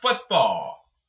football